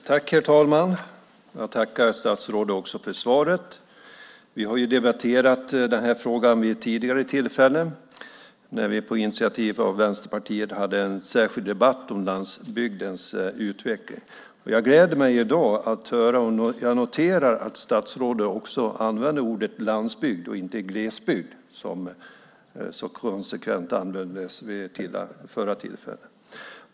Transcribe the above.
Herr talman! Jag tackar statsrådet för svaret. Vi har debatterat frågan vid ett tidigare tillfälle, när vi på initiativ av Vänsterpartiet hade en särskild debatt om landsbygdens utveckling. Jag gläder mig i dag åt att jag kan notera att statsrådet också använder ordet landsbygd och inte glesbygd, som så konsekvent användes vid det förra tillfället.